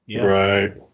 Right